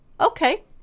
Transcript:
okay